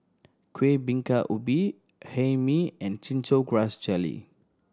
Kueh Bingka Ubi Hae Mee and Chin Chow Grass Jelly